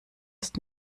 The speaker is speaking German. ist